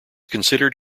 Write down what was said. considered